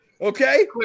Okay